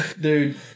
Dude